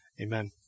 Amen